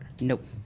Nope